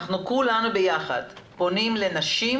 אנחנו כולנו ביחד פונים לנשים